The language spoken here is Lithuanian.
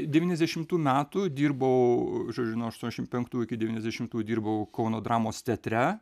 devyniasdešimtų metų dirbau žodžiu nuo aštuoniasdešim penktųjų iki devyniasdešimtųjų dirbau kauno dramos teatre